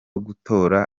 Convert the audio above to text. gutora